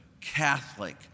Catholic